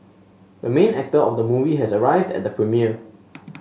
the main actor of the movie has arrived at the premiere